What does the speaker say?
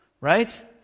right